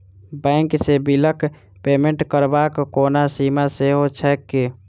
Bank सँ बिलक payment करबाक कोनो सीमा सेहो छैक की?